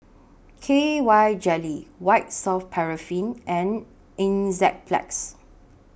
K Y Jelly White Soft Paraffin and Enzyplex